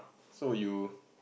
so you